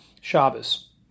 Shabbos